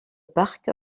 parc